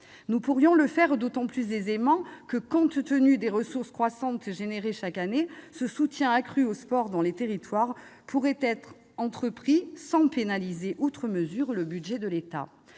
Nous pourrions le faire d'autant plus aisément que, compte tenu des ressources croissantes générées chaque année, ce soutien accru au sport dans les territoires pourrait être accordé sans pénaliser outre mesure le budget de l'État.